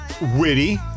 Witty